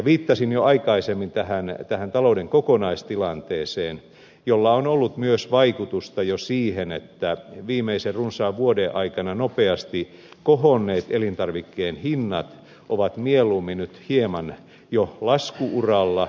viittasin jo aikaisemmin tähän talouden kokonaistilanteeseen jolla on jo ollut myös vaikutusta siihen että viimeisen runsaan vuoden aikana nopeasti kohonneet elintarvikkeiden hinnat ovat mieluummin nyt hieman jo lasku uralla